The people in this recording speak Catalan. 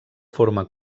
forma